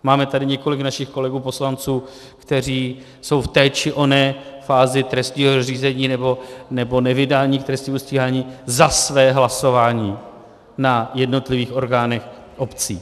Máme tady několik našich kolegů poslanců, kteří jsou v té či oné fázi trestního řízení nebo nevydání k trestnímu stíhání za své hlasování na jednotlivých orgánech obcí.